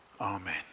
Amen